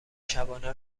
شبانه